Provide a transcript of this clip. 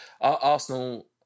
Arsenal